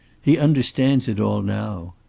he understands it all now.